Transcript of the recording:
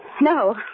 No